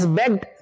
begged